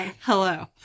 Hello